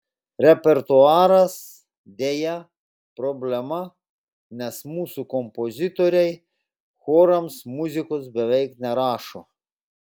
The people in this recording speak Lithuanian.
repertuaras deja problema nes mūsų kompozitoriai chorams muzikos beveik nerašo